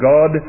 God